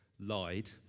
lied